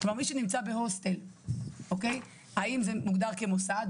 האם מי שנמצא בהוסטל מוגדר כמוסד,